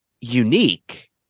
unique